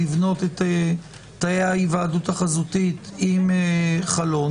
לבנות את תאי ההיוועדות החזותית עם חלון